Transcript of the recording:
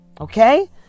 okay